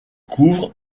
couvre